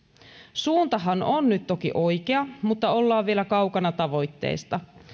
suuntahan on nyt toki oikea mutta ollaan vielä kaukana tavoitteesta